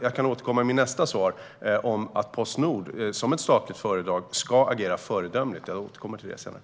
Jag kan återkomma i mitt nästa svar om att Postnord som ett statligt företag ska agera föredömligt. Jag återkommer till det senare.